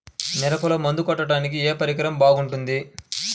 మిరపలో మందు కొట్టాడానికి ఏ పరికరం బాగుంటుంది?